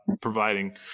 providing